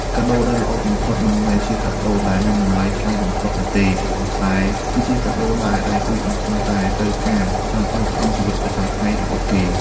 កាដូដែលល្អបំផុតមិនមែនជាកាដូដែលមានតម្លៃថ្លៃបំផុតនោះទេ ប៉ុន្តែគឺជាកាដូដែលដៃគូកំពុងតែត្រូវការចាំបាច់ក្នុងជីវិតប្រចាំថ្ងៃរបស់គេ។